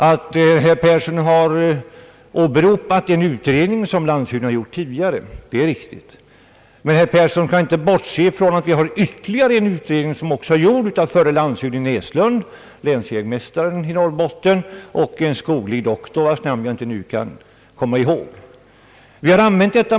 Att landshövding Näslund tidigare har gjort en utredning är riktigt, men man kan inte bortse från att det finns ytterligare en utredning som också har gjorts av förre landshövding Näslund, länsjägmästaren i Norrbotten och en skoglig doktor, vars namn jag inte kommer ihåg nu.